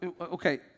okay